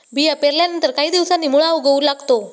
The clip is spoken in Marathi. बिया पेरल्यानंतर काही दिवसांनी मुळा उगवू लागतो